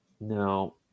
No